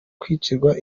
kwicirwa